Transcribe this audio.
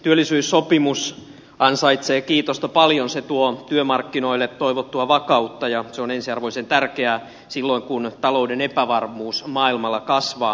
työllisyyssopimus ansaitsee kiitosta paljon se tuo työmarkkinoille toivottua vakautta ja se on ensiarvoisen tärkeää silloin kun talouden epävarmuus maailmalla kasvaa